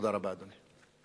תודה רבה, אדוני.